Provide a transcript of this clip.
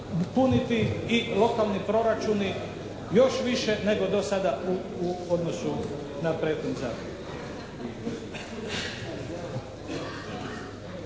puniti i lokalni proračuni još više nego do sada u odnosu na prethodni zakon.